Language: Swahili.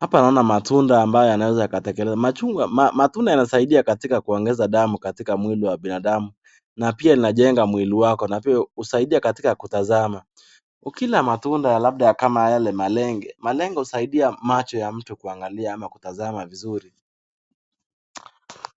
Hapa naona matunda ambayo yanaweza kutekelezwa. Matunda yanasaidia katika mwili ya binadamu na pia yajengwa mwili wako, husaidia katika kitazama. Kila matunda labda kama yale malenge, malenge husaidia macho ya mtu kuangalia ama kutazama vizuri